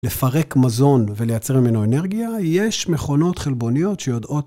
‫לפרק מזון ולייצר ממנו אנרגיה, ‫יש מכונות חלבוניות שיודעות...